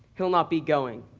he'll not be going.